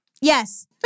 Yes